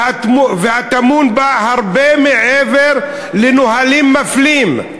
טמון בה הרבה מעבר לנהלים מפלים.